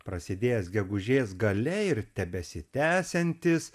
prasidėjęs gegužės gale ir tebesitęsiantis